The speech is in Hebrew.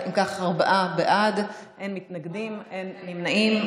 אם כך, ארבעה בעד, אין מתנגדים, אין נמנעים.